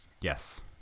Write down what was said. Yes